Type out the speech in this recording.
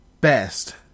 best